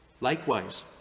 Likewise